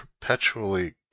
perpetually